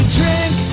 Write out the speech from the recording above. drink